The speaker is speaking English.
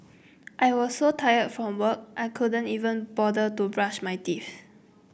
I was so tired from work I couldn't even bother to brush my teeth